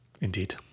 Indeed